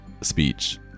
speech